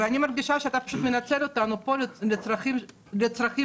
אני מרגישה שאתה פשוט מנצל אותנו פה לצרכים שלך.